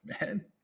man